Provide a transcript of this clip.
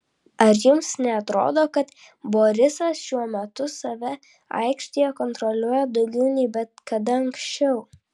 ar jums neatrodo kad borisas šiuo metu save aikštelėje kontroliuoja daugiau nei bet kada anksčiau